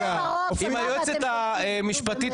עם היועצת המשפטית,